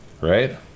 right